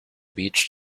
beach